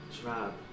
trap